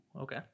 Okay